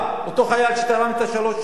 אותו חייל שתרם את שלוש השנים,